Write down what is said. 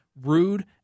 rude